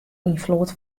ynfloed